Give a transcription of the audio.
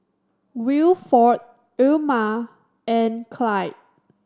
Wilford Ilma and Clide